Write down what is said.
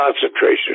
concentration